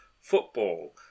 football